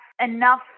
enough